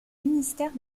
ministère